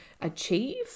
achieve